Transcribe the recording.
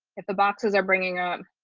the boxes are bringing on?